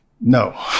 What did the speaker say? no